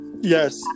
Yes